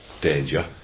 danger